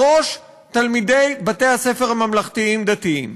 בראש, תלמידי בתי-הספר הממלכתיים-דתיים,